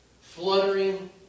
fluttering